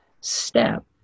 step